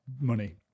money